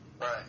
Right